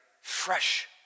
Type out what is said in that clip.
fresh